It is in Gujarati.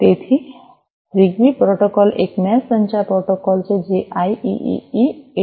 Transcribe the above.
તેથી જીગબી પ્રોટોકોલ એક મેશ સંચાર પ્રોટોકોલ છે જે આઈઇઇઇ 802